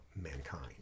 mankind